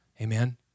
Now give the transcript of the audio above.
Amen